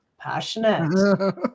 Passionate